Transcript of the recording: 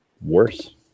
worse